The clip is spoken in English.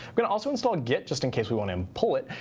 gonna also install git just in case we want to um pull it.